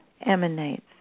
emanates